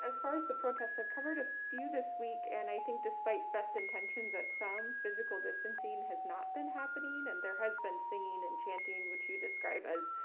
as far as the protests, i've covered a few this week. and i think despite best intentions at some, physical distancing has not been happening. and there has been singing and chanting, which you described as